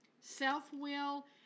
self-will